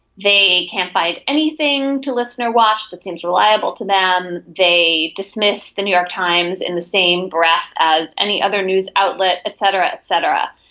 they can't find anything to listen or watch that seems reliable to them. they dismiss the new york times in the same breath as any other news outlet et cetera et cetera.